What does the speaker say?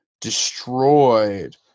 destroyed